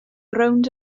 rownd